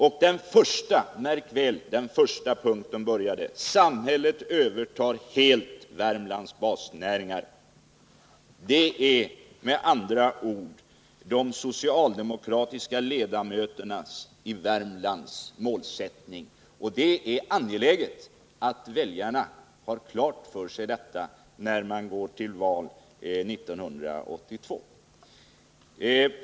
Och den första punkten — märk väl — började: ”Samhället övertar helt Värmlands basnäringar.” Det är med andra ord de socialdemokratiska ledamöternas i Värmland målsättning, och det är angeläget att väljarna har detta klart för sig när de går till val 1982.